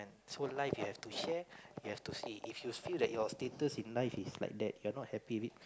so life you have to share you have to see if you feel that your status in life is like that you are not happy with it